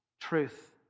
truth